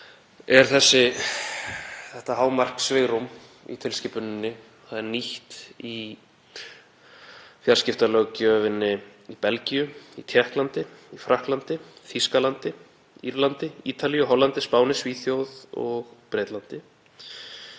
er þetta hámarkssvigrúm í tilskipuninni nýtt í fjarskiptalöggjöfinni í Belgíu, Tékklandi, Frakklandi, Þýskalandi, Írlandi, Ítalíu, Hollandi, Spáni, Svíþjóð og Bretlandi.